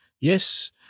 Yes